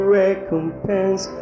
recompense